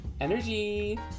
energy